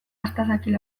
astazakil